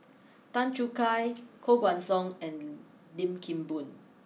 Tan Choo Kai Koh Guan Song and Lim Kim Boon